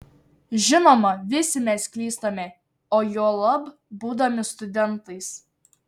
žinoma visi mes klystame o juolab būdami studentais